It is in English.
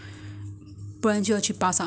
如果